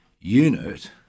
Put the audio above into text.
unit